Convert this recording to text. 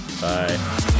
bye